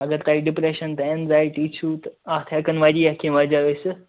اگر تۄہہِ ڈِپریشن تہٕ اینزایٹی چھُو اتھ ہیکن واریاہ کینٛہہ وجہ ٲسِتھ